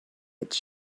its